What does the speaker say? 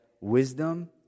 wisdom